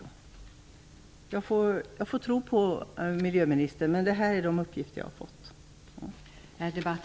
Jag får alltså tro på miljöministern, men detta är de uppgifter jag har fått.